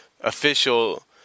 official